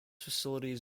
facilities